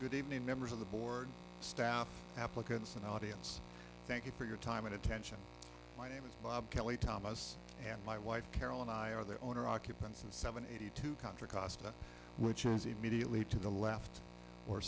good evening members of the board staff applicants in the audience thank you for your time and attention my name is bob kelly thomas and my wife carol and i are the owner occupants and seven hundred two contra costa which is immediately to the left or